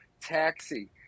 Taxi